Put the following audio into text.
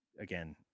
again